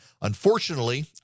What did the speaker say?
Unfortunately